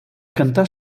cantar